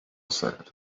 said